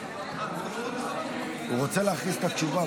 הוא רוצה לדבר,